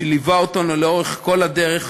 שליווה אותנו לאורך כל הדרך,